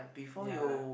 ya